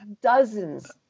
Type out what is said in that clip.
dozens